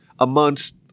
amongst